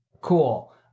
cool